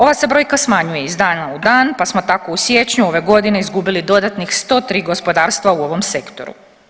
Ova se brojka smanjuje iz dana u dan pa smo tako u siječnju ove godine izgubili dodatnih 103 gospodarstva u ovom sektoru.